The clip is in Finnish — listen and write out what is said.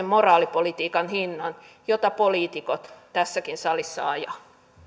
moraalipolitiikan hinnan jota poliitikot tässäkin salissa ajavat